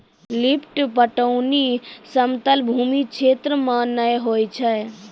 lift पटौनी समतल भूमी क्षेत्र मे नै होय छै